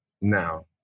Now